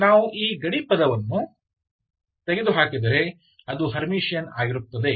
ನಾವು ಈ ಗಡಿ ಪದವನ್ನು ತೆಗೆದುಹಾಕಿದರೆ ಅದು ಹರ್ಮಿಟಿಯನ್ ಆಗಿರುತ್ತದೆ